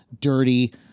dirty